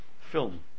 film